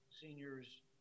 seniors